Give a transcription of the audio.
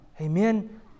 Amen